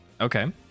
Okay